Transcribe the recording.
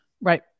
Right